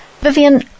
Vivian